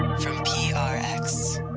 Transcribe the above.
from prx